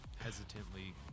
hesitantly